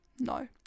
no